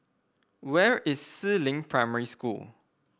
where is Si Ling Primary School